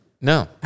no